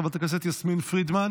חברת הכנסת יסמין פרידמן?